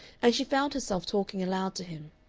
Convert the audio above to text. and she found herself talking aloud to him.